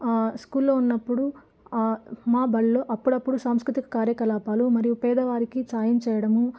స్కూల్లో ఉన్నప్పుడు మా బడిలో అప్పుడప్పుడు సంస్కృతిక కార్యకలాపాలు మరియు పేదవారికి సాయం చేయడము